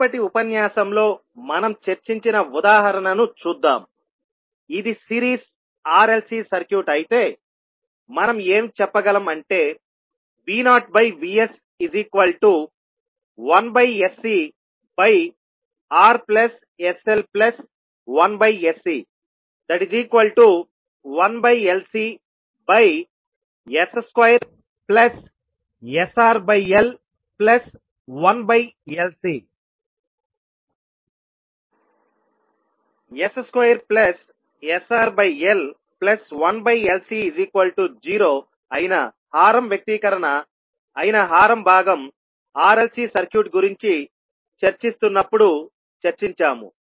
మునుపటి ఉపన్యాసంలో మనం చర్చించిన ఉదాహరణ ను చూద్దాంఇది series R L C circuit అయితే మనం ఏమి చెప్పగలం అంటే V0Vs1sCRsL1sC1LCs2sRL1LC s2sRL1LC0 అయిన హారం వ్యక్తీకరణ అయిన హార భాగం R L C సర్క్యూట్ గురించి చర్చిస్తున్నప్పుడు చర్చించాము